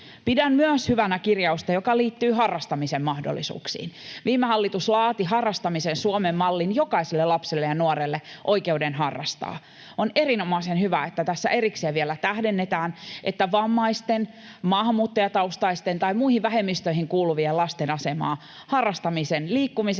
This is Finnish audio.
Pidän hyvänä myös kirjausta, joka liittyy harrastamisen mahdollisuuksiin. Viime hallitus laati harrastamisen Suomen mallin, jokaiselle lapselle ja nuorelle oikeuden harrastaa. On erinomaisen hyvä, että tässä vielä tähdennetään, että vammaisten, maahanmuuttajataustaisten tai muihin vähemmistöihin kuuluvien lasten asemaa harrastamisen — liikkumisen,